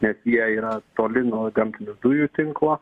nes jie yra toli nuo gamtinių dujų tinklo